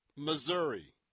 Missouri